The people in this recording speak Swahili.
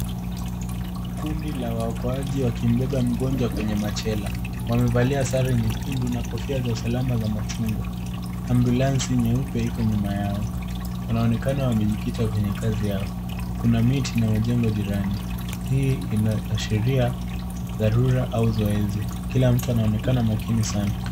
Kundi la waokoaji wakimbeba mgonjwa kwenye machela. Wamevalia sare nyekundu na kofia za usalama za machungwa. Ambyulansi nyeupe iko nyuma yao. Wanaonekana wamejikita kwenye kazi yao. Kuna miti na majengo jirani. Hii inaashiria dharura au zoezi. Kila mtu anaonekana makini sana.